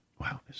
Wow